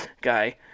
guy